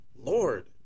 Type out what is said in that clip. Lord